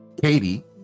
Katie